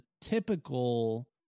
typical